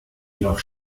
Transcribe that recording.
jedoch